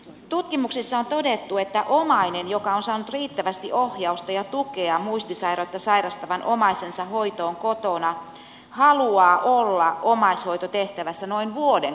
tutkimuksissa on todettu että omainen joka on saanut riittävästi ohjausta ja tukea muistisairautta sairastavan omaisensa hoitoon kotona haluaa olla omaishoitotehtävässä noin vuoden kauemmin